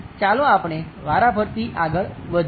ચાલો આપણે વારાફરતી આગળ વધીએ